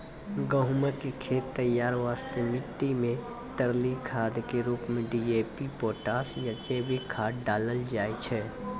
गहूम के खेत तैयारी वास्ते मिट्टी मे तरली खाद के रूप मे डी.ए.पी पोटास या जैविक खाद डालल जाय छै